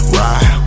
ride